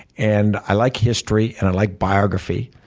and i like history and i like biography,